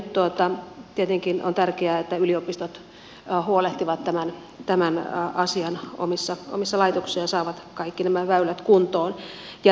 nyt tietenkin on tärkeää että yliopistot huolehtivat tämän asian omissa laitoksissaan ja saavat kaikki nämä väylät kuntoon